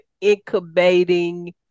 incubating